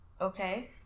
Okay